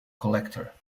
collector